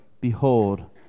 behold